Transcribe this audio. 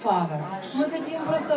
Father